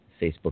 Facebook